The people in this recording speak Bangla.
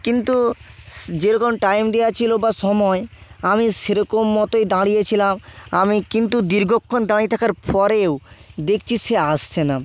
কিন্তু যেরকম টাইম দেওয়া ছিল বা সময় আমি সেরকম মতই দাঁড়িয়েছিলাম আমি কিন্তু দীর্ঘক্ষণ দাঁড়িয়ে থাকার পরেও দেখছি সে আসছে না